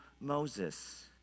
Moses